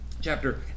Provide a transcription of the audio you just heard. chapter